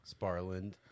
Sparland